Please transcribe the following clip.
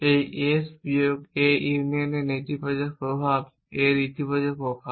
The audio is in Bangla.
এই S বিয়োগ A ইউনিয়নের নেতিবাচক প্রভাব A এর ইতিবাচক প্রভাব